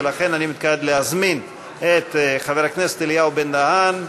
ולכן אני מתכבד להזמין את חבר הכנסת אליהו בן-דהן,